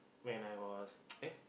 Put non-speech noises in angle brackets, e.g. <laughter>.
when I was <noise> eh